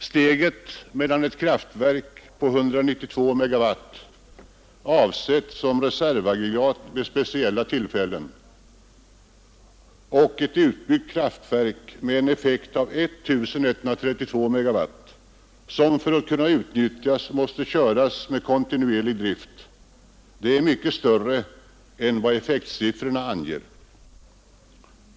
Steget mellan ett kraftverk med en effekt av 192 MW, avsett såsom reservaggregat vid speciella tillfällen, och ett utbyggt kraftverk med en effekt av 1132 MW, som för att kunna utnyttjas måste köras med kontinuerlig drift, är mycket större än vad effektsiffrorna anger.